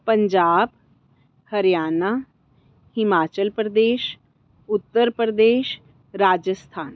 Punjab Haryana Himachal Pradesh Uttar Pradesh Rajasthan